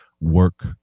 work